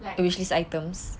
like